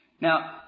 Now